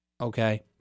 okay